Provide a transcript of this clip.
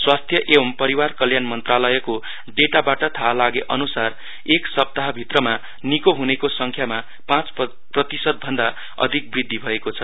स्वास्थ्य एंव परिवार कल्याण मन्त्रालयको डेटाबाट थाहा लागेअनुसार एक सप्ताह भीत्रमा निको हुनेको संख्यामा पाँच प्रतिशत भन्दा अधिक वृद्धि भएको छ